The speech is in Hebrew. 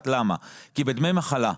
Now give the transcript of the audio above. בדמי מחלה,